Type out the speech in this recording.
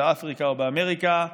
באפריקה או באמריקה,